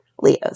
Leo's